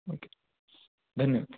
okay धन्यवाद